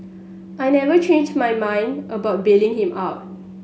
I never changed my mind about bailing him out